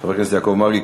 חבר הכנסת יעקב מרגי,